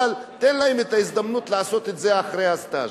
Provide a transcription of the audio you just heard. אבל תן להם את ההזדמנות לעשות את זה אחרי הסטאז'.